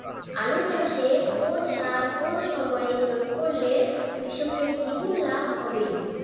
আলু চাষে কোন সার কোন সময়ে প্রয়োগ করলে কৃষকের দ্বিগুণ লাভ হবে?